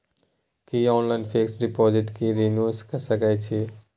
की online fix deposit के renew के सकै छी?